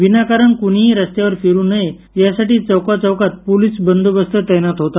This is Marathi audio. विनाकारण कुणीही रस्त्यावर फिरू नये यासाठी चौकाचौकात पोलीस बंदोबस्त तैनात होता